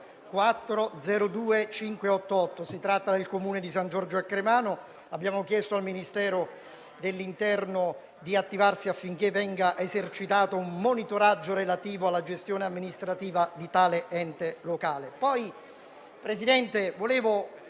relativa al Comune di San Giorgio a Cremano, nella quale abbiamo chiesto al Ministero dell'interno di attivarsi affinché venga esercitato un monitoraggio relativo alla gestione amministrativa di tale ente locale.